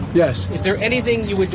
yes. is there anything you would